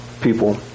people